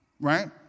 Right